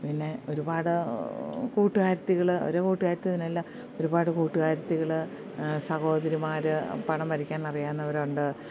പിന്നെ ഒരുപാട് കൂട്ടുകാരത്തികൾ ഒരു കൂട്ടുകാരത്തി എന്നല്ല ഒരുപാട് കൂട്ടുകാരത്തികൾ സഹോദരിമാർ പടം വരയ്ക്കാൻ അറിയാവുന്നവർ ഉണ്ട്